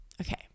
Okay